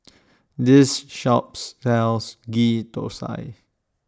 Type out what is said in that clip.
This shops sells Ghee Thosai